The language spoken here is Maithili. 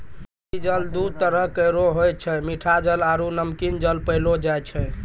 उपरी जल दू तरह केरो होय छै मीठा जल आरु नमकीन जल पैलो जाय छै